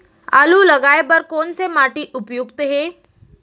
आलू लगाय बर कोन से माटी उपयुक्त हे?